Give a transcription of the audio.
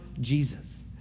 Jesus